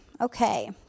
Okay